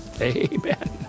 Amen